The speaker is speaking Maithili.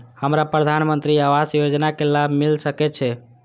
हमरा प्रधानमंत्री आवास योजना के लाभ मिल सके छे?